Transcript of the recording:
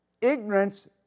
Ignorance